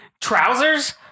trousers